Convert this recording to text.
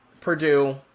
purdue